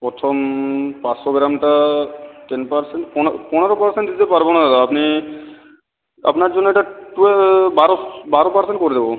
প্রথম পাঁচশো গ্রামটা টেন পারসেন্ট পনেরো পনেরো পারসেন্ট দিতে পারবো না দাদা আপনি আপনার জন্য এটা টুয়ে বারো বারো পারসেন্ট করে দেবো